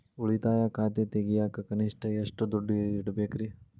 ಉಳಿತಾಯ ಖಾತೆ ತೆಗಿಯಾಕ ಕನಿಷ್ಟ ಎಷ್ಟು ದುಡ್ಡು ಇಡಬೇಕ್ರಿ?